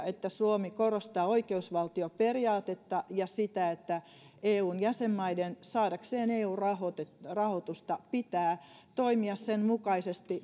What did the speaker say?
että suomi korostaa oikeusvaltioperiaatetta ja sitä että eun jäsenmaiden saadakseen eu rahoitusta rahoitusta pitää toimia sen mukaisesti